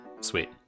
sweet